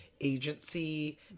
agency